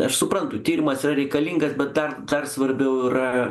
aš suprantu tyrimas yra reikalingas bet dar dar svarbiau yra